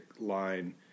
line